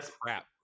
crap